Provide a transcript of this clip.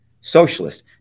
socialist